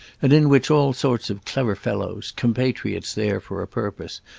and in which all sorts of clever fellows, compatriots there for a purpose,